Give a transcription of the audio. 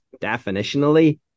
definitionally